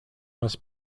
must